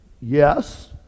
Yes